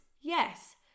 Yes